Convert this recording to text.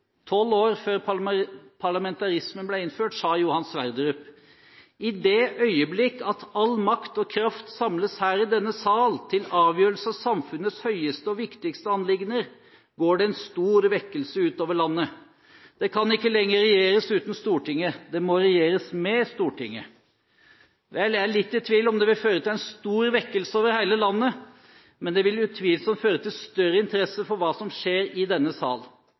tolv år før parlamentarismen ble innført, sa Johan Sverdrup: «i det Øieblik, at al Magt og Kraft samles her i denne Sal til Afgjørelse af Samfundets høieste og vigtigste Anliggender, gaar der en stor Vækkelse ud over Landet; der kan ikke længer regjeres uden Storthinget, der maa regjeres med Storthinget». Jeg er litt i tvil om det vil føre til en stor vekkelse over hele landet, men det vil utvilsomt føre til større interesse for hva som skjer i denne sal.